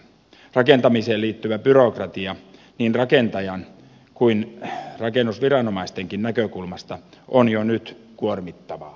rakentamiseen liittyvä byrokratia niin rakentajan kuin rakennusviranomaistenkin näkökulmasta on jo nyt kuormittavaa